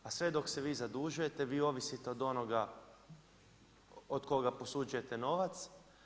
A sve dok se vi zadužujete vi ovisite od onoga od koga posuđujete novac.